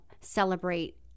celebrate